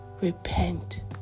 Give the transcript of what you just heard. repent